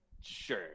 Sure